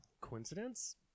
Coincidence